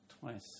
twice